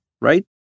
right